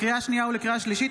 לקריאה שנייה ולקריאה שלישית,